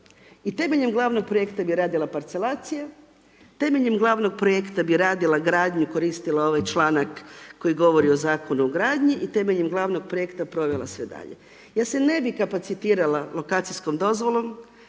I temeljem gl. projekta bi radila parcelacije, temeljem gl. projekta bi radila gradnju, koristila ovaj čl. koji govori o Zakonu o gradnji i temeljem gl. projekta provela sve dalje. Ja se ne bi kapacitirana lokacijskom dozvolom,